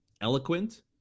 eloquent